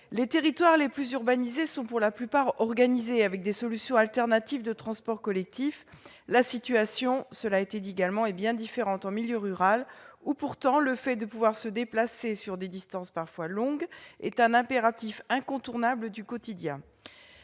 Les territoires les plus urbanisés sont pour la plupart organisés avec des solutions alternatives de transport collectif. La situation est bien différente en milieu rural, où, pourtant, le fait de pouvoir se déplacer sur des distances parfois longues est un impératif incontournable du quotidien.